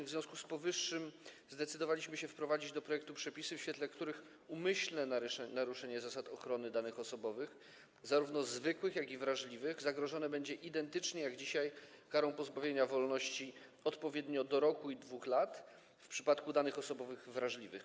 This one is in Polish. W związku z powyższym zdecydowaliśmy się wprowadzić do projektu przepisy, w świetle których umyślne naruszenie zasad ochrony danych osobowych, zarówno zwykłych, jak i wrażliwych, zagrożone będzie - identycznie z tym, jak jest dzisiaj - karą pozbawienia wolności odpowiednio do roku i 2 lat w przypadku danych osobowych wrażliwych.